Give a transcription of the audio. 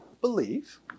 believe